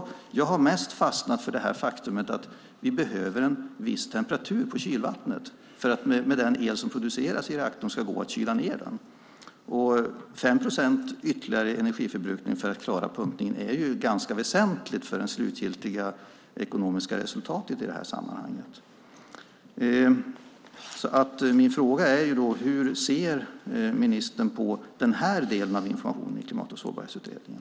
Men jag har mest fastnat för det faktum att det behövs en viss temperatur på kylvattnet för att det med den el som produceras i reaktorn ska gå att kyla ned denna. 5 procents ytterligare energiförbrukning för att klara pumpningen är ganska väsentligt för det slutgiltiga ekonomiska resultatet i sammanhanget. Min fråga blir därför hur ministern ser på den här delen av informationen i Klimat och sårbarhetsutredningen.